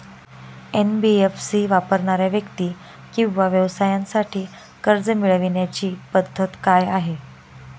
NBFC वापरणाऱ्या व्यक्ती किंवा व्यवसायांसाठी कर्ज मिळविण्याची पद्धत काय आहे?